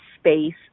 space